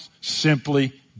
simply